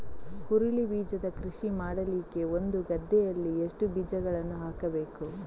ಹುರುಳಿ ಬೀಜದ ಕೃಷಿ ಮಾಡಲಿಕ್ಕೆ ಒಂದು ಗದ್ದೆಯಲ್ಲಿ ಎಷ್ಟು ಬೀಜಗಳನ್ನು ಹಾಕಬೇಕು?